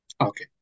Okay